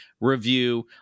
review